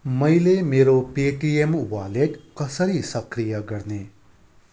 मैले मेरो Paytm wallet कसरी सक्रिय गर्ने